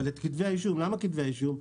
למה כתבי אישום?